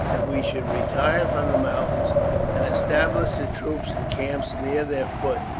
that we should retire from the mountains and establish the troops in camps near their foot,